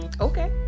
Okay